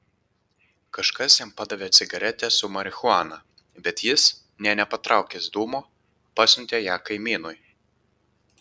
kažkas jam padavė cigaretę su marihuana bet jis nė nepatraukęs dūmo pasiuntė ją kaimynui